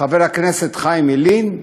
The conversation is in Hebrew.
חבר הכנסת חיים ילין,